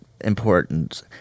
important